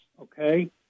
okay